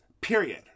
period